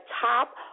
top